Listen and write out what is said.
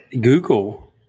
Google